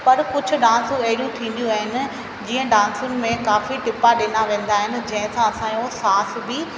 पर कुझु डांसू अहिड़ियूं थींदियूं आहिनि जीअं डांसुनि में काफ़ी टिपा ॾिना वेंदा आहिनि जंहिंसा असांजो सांस बि